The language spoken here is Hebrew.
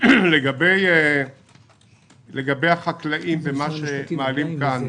לגבי החקלאים ומה שמעלים כאן